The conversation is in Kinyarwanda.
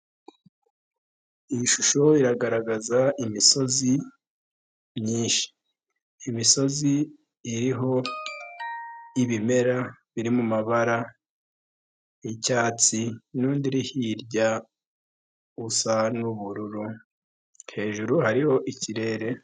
Iyi shusho iragaragaza imisozi myinshi. Imisozi iriho ibimera biri mu mabara y'Icyatsi n'undi hirya usa n'Ubururu hejuru hariho ikirere.